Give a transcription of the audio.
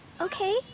Okay